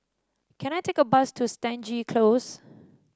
can I take a bus to Stangee Close